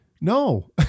no